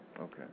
Okay